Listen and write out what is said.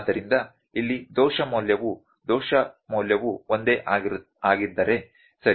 ಆದ್ದರಿಂದ ಇಲ್ಲಿ ದೋಷ ಮೌಲ್ಯವು ದೋಷ ಮೌಲ್ಯವು ಒಂದೇ ಆಗಿದ್ದರೆ ಸರಿ